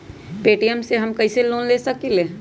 Paytm से हम कईसे लोन ले सकीले?